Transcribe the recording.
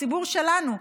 הציבור שלנו,